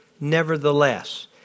nevertheless